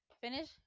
finish